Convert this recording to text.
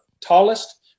tallest